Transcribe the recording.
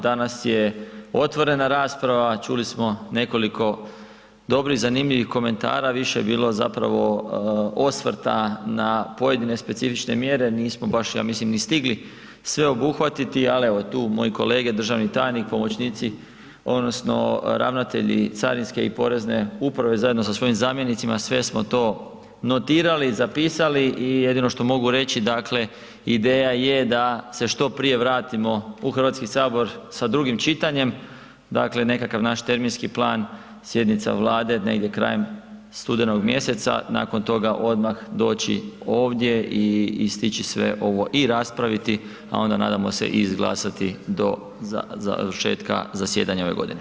Danas je otvorena rasprava, čuli smo nekoliko dobrih zanimljivih komentara, više je bilo zapravo osvrta na pojedine specifične mjere, nismo baš ja mislim ni stigli sve obuhvatiti, ali evo tu moji kolege državni tajnik, pomoćnici odnosno ravnatelji carinske i porezne uprave zajedno sa svojim zamjenicima sve smo to notirali, zapisali i jedino što mogu reći ideja je da se što prije vratimo u Hrvatski sabor sa drugim čitanjem, dakle nekakav naš terminski plan sjednica Vlade negdje krajem studenog mjeseca nakon toga doći ovdje i stići sve ovo i raspraviti, a onda nadamo se i izglasati do završetka zasjedanja ove godine.